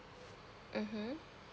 mmhmm